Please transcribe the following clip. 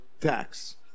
tax